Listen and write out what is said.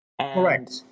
Correct